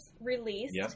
released